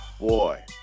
Boy